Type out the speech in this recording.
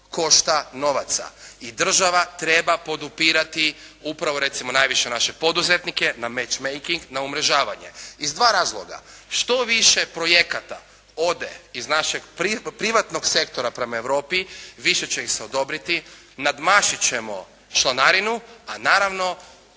košta novaca i država treba podupirati upravo recimo najviše naše poduzetnike na match makeing, na umrežavanje iz dva razloga. Što više projekata ode iz našeg privatnog sektora prema Europi više će ih se odobriti, nadmašit ćemo članarinu, a naravno